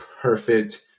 perfect